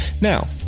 Now